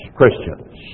Christians